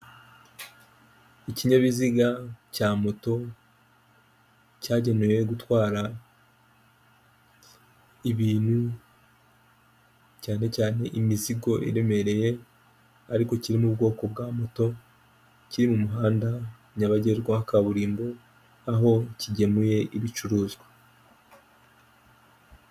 Ikinyabiziga cya moto cyagenewe gutwara ibintu cyane cyane imizigo iremereye ariko kiri mu bwoko bwa moto, kiri mu muhanda nyabagendwa wa kaburimbo, aho kigemuye ibicuruzwa.